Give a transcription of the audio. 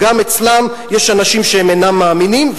גם אצלם יש אנשים שהם אינם מאמינים,